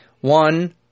One